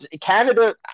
Canada